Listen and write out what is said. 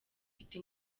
ifite